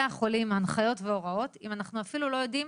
החולים הנחיות והוראות אם אנחנו אפילו לא יודעים